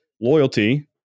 loyalty